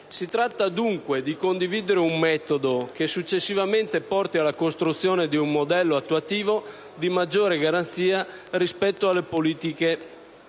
Si tratta, dunque, di condividere un metodo che successivamente porti alla costruzione di un modello attuativo di maggiore garanzia rispetto alle politiche